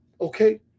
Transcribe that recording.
okay